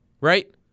Right